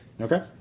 Okay